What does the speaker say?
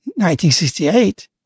1968